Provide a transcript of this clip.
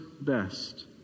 best